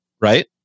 right